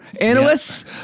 analysts